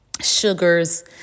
sugars